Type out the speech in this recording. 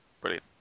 Brilliant